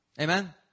Amen